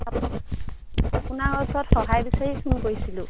আপোনাৰ ওচৰত সহায় বিচাৰি ফোন কৰিছিলোঁ